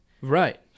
Right